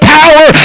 power